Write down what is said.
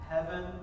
Heaven